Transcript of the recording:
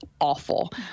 awful